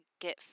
get